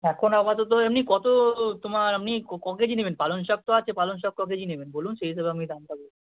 এখন আপাতত এমনি কতোও তোমার এমনি ক কেজি নেবেন পালং শাক তো আছে পালং শাক ক কেজি নেবেন বলুন সেই হিসাবে আমি দামটা